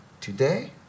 Today